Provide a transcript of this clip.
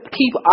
keep